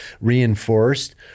reinforced